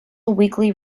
weekly